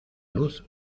luz